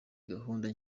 gahunda